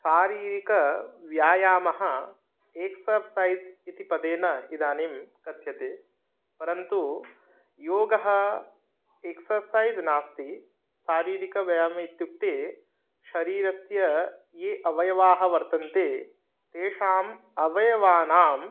शारीरिकव्यायामः एक्सर्सैस् इति पदेन इदानीं कथ्यते परन्तु योगः एक्ससैस् नास्ति शारीरिकव्यायामः इत्युक्ते शरीरस्य ये अवयवाः वर्तन्ते तेषाम् अवयवानां